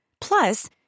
Plus